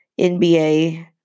NBA